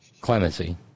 clemency